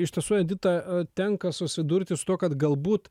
iš tiesų edita tenka susidurti su tuo kad galbūt